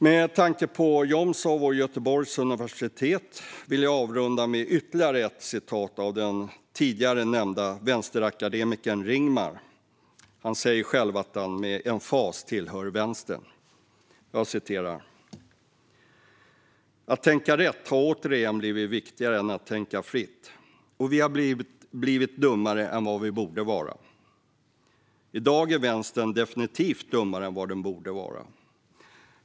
Med tanke på Jomshof och Göteborgs universitet vill jag avrunda med ytterligare ett citat av den tidigare nämnde vänsterakademikern Ringmar - han säger själv att han med emfas tillhör vänstern: "Att tänka rätt har återigen blivit viktigare än att tänka fritt och vi har blivit dummare än vi borde vara. I dag är vänstern definitivt dummare än vad den borde vara.